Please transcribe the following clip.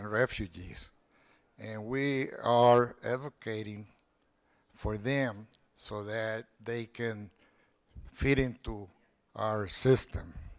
refugees and we are advocating for them so that they can fit into our system